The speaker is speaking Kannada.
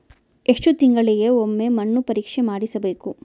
ಎಷ್ಟು ತಿಂಗಳಿಗೆ ಒಮ್ಮೆ ಮಣ್ಣು ಪರೇಕ್ಷೆ ಮಾಡಿಸಬೇಕು?